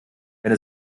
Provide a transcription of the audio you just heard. wenn